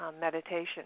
meditation